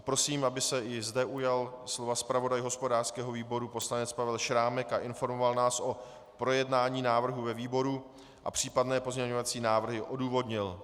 Prosím, aby se i zde ujal slova zpravodaj hospodářského výboru poslanec Pavel Šrámek a informoval nás o projednání návrhu ve výboru a případné pozměňovací návrhy odůvodnil.